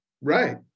Right